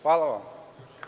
Hvala vam.